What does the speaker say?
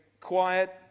quiet